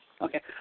Okay